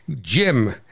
Jim